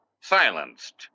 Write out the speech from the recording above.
silenced